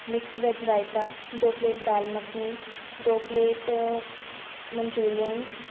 mix veg raita ਦੋ plate dal makhani ਦੋ plate Manchurians